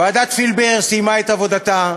ועדת פילבר סיימה את עבודתה.